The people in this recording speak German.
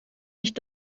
nicht